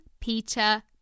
peter